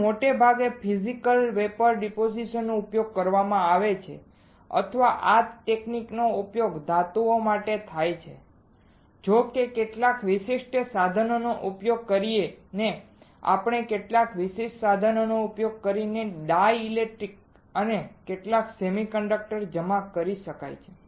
હવે મોટા ભાગે ફિઝિકલ વેપોર ડીપોઝીશનનો ઉપયોગ કરવામાં આવે છે અથવા આ તકનીકનો ઉપયોગ ધાતુઓ માટે થાય છે જો કે કેટલાક વિશિષ્ટ સાધનોનો ઉપયોગ કરીને કેટલાક વિશિષ્ટ સાધનોનો ઉપયોગ કરીને ડાઇલેક્ટ્રિક્સ અને કેટલાક સેમિકન્ડક્ટર્સ જમા કરી શકાય છે